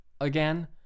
again